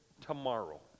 tomorrow